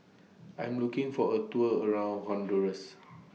I Am looking For A Tour around Honduras